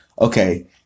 okay